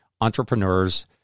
entrepreneurs